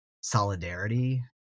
solidarity